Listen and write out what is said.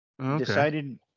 Decided